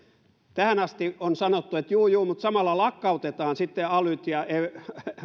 tähän asti on sanottu että juu juu mutta samalla lakkautetaan sitten